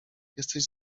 jesteś